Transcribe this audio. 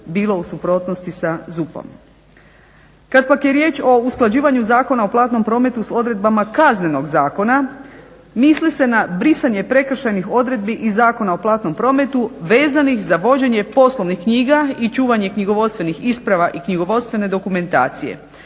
bilo u suprotnosti sa ZUP-om. Kad pak je riječ o usklađivanju Zakona o platnom prometu sa odredbama Kaznenog zakona misli se na brisanje prekršajnih odredbi iz Zakona o platnom prometu vezanih za vođenje poslovnih knjiga i čuvanje knjigovodstvenih isprava i knjigovodstvene dokumentacije.